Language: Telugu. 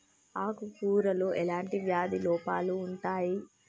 ఆకు కూరలో ఎలాంటి వ్యాధి లోపాలు ఉంటాయి?